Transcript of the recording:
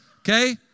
okay